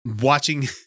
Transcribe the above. watching